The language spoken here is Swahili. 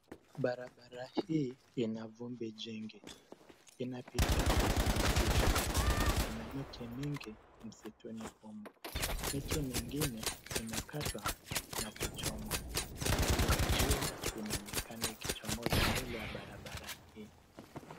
Barabara hii ina vumbi jingi. Inapitia kati ya msitu. Kuna miti mingi msituni humu. Miti mingine imekatwa na kuchomwa. Miale ya jua inaonekana ikichomoza mbele ya barabara hii.